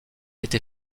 été